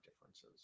differences